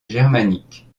germanique